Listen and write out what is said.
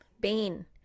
bean